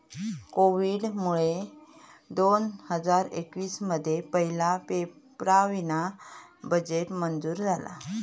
कोविडमुळे दोन हजार एकवीस मध्ये पहिला पेपरावीना बजेट मंजूर झाला